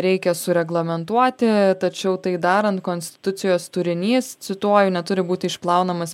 reikia sureglamentuoti tačiau tai darant konstitucijos turinys cituoju neturi būti išplaunamas